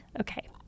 Okay